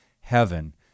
heaven